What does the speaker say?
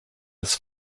his